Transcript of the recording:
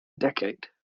decade